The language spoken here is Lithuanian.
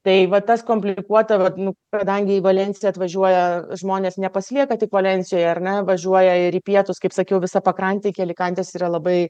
tai vat tas komplikuota vat nu kadangi į valensiją atvažiuoja žmonės nepasilieka tik valensijoj ar ne važiuoja ir į pietus kaip sakiau visa pakrantė iki alikantės yra labai